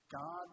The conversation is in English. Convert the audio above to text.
God